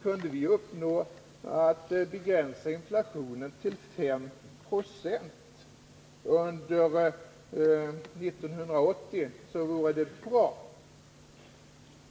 Kunde vi uppnå att begränsa inflationen till 5 90 under 1980 vore det bra.